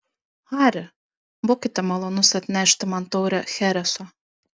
hari būkite malonus atnešti man taurę chereso